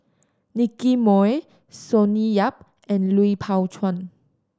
Nicky Moey Sonny Yap and Lui Pao Chuen